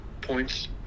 points